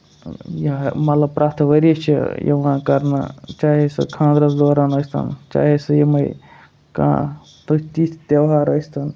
یا مطلب پرٛٮ۪تھ ؤریہِ چھِ یِوان کرنہٕ چاہے سُہ خاندرَس دوران ٲسۍ تن چاہے سُہ یِمٕے کانہہ تِتھۍ تیٚہوار ٲسۍ تن